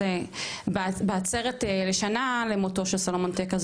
בעצרת לשנה למותו של סלומון טקה,